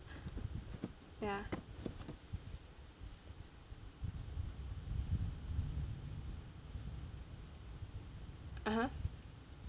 ya (uh huh)